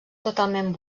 totalment